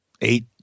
eight